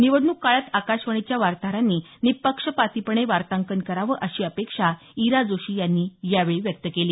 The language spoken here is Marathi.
निवडणूक काळात आकाशवाणीच्या वार्ताहरानीं निःपक्षपातीपणे वार्तांकन करावे अशी अपेक्षा इरा जोशी यांनी यावेळी व्यक्त केली